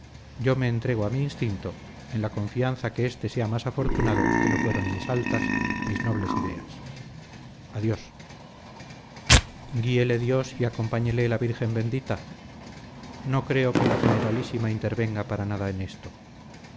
yo me entrego a mi instinto en la confianza que éste sea más afortunado que lo fueron mis altas mis nobles ideas adiós guíele dios y acompáñele la virgen bendita no creo que la generalísima intervenga para nada en esto